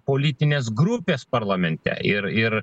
politinės grupės parlamente ir ir